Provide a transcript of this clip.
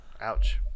Ouch